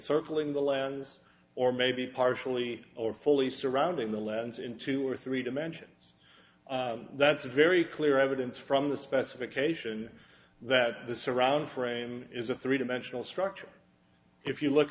circling the lens or maybe partially or fully surrounding the lens in two or three dimensions that's very clear evidence from the specification that the surround frame is a three dimensional structure if you look